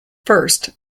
first